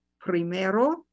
Primero